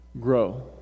grow